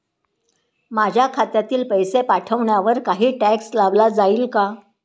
माझ्या खात्यातील पैसे पाठवण्यावर काही टॅक्स लावला जाईल का?